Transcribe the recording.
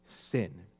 sin